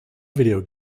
video